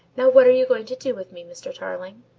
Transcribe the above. now what are you going to do with me, mr. tarling?